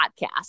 podcast